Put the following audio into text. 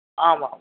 आमाम्